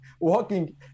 walking